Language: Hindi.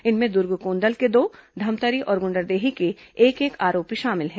इनमें दुर्गकोंदल के दो धमतरी और गुण्डरदेही के एक एक आरोपी शामिल हैं